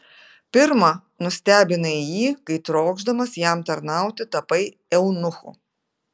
pirma nustebinai jį kai trokšdamas jam tarnauti tapai eunuchu